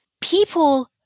people